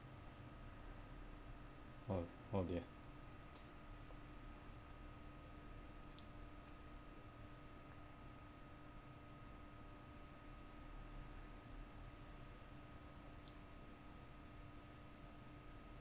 oh oh dear